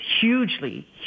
hugely